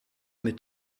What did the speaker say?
mit